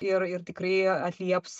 ir ir tikrai atlieps